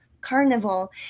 Carnival